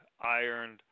ironed